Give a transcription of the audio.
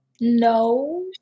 No